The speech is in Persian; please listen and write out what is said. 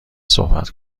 صحبت